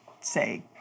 say